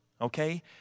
okay